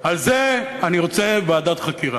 שעל זה אני רוצה ועדת חקירה.